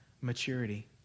maturity